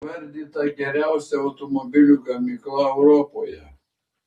įvardyta geriausia automobilių gamykla europoje